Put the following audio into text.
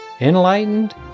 enlightened